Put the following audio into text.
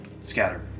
scatter